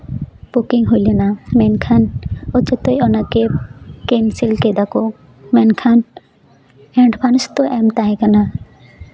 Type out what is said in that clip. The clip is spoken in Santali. ᱵᱩᱠᱤᱝ ᱦᱩᱭ ᱞᱮᱱᱟ ᱢᱮᱱᱠᱷᱟᱱ ᱠᱤᱪᱷᱩᱛᱮ ᱚᱱᱟ ᱠᱮᱵ ᱠᱮᱱᱥᱮᱞ ᱠᱮᱫᱟ ᱠᱚ ᱢᱮᱱᱠᱷᱟᱱ ᱮᱰᱵᱷᱟᱱᱥ ᱫᱚ ᱮᱢ ᱛᱟᱦᱮᱸ ᱠᱟᱱᱟ